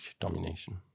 domination